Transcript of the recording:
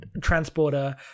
transporter